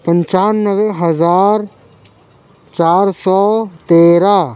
پچانوے ہزار چار سو تیرہ